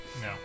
No